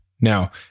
now